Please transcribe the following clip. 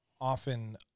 often